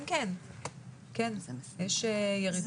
כן, יש ירידה.